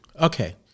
Okay